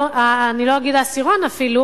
אני לא אגיד אפילו העשירון העליון,